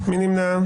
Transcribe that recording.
מי נמנע?